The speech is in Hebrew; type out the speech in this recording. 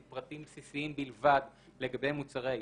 פרטים בסיסיים בלבד לגבי מוצרי העישון.